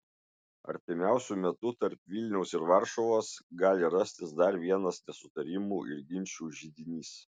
artimiausiu metu tarp vilniaus ir varšuvos gali rastis dar vienas nesutarimų ir ginčų židinys